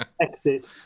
exit